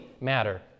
matter